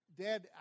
Dad